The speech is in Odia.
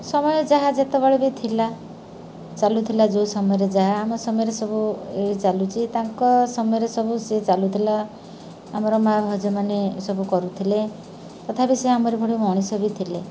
ସମୟ ଯାହା ଯେତେବେଳେ ବି ଥିଲା ଚାଲୁଥିଲା ଯେଉଁ ସମୟରେ ଯାହା ଆମ ସମୟରେ ସବୁ ଏଇ ଚାଲୁଛି ତାଙ୍କ ସମୟରେ ସବୁ ସେ ଚାଲୁଥିଲା ଆମର ମାଆ ଭାଉଜ ମାନେ ଏ ସବୁ କରୁଥିଲେ ତଥାପି ସେ ଆମର ଭଳି ମଣିଷ ବି ଥିଲେ